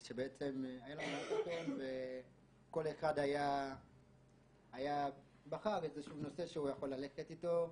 שהיה לנו --- כל אחד בחר איזשהו נושא שהוא יכול ללכת איתו,